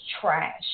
trash